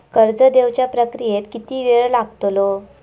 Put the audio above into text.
कर्ज देवच्या प्रक्रियेत किती येळ लागतलो?